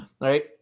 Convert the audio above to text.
right